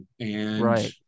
Right